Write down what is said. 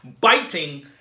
biting